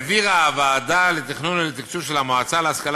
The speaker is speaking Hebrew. העבירה הוועדה לתכנון ולתקצוב של המועצה להשכלה